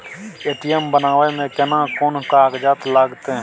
ATM बनाबै मे केना कोन कागजात लागतै?